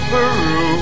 Peru